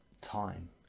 time